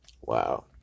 Wow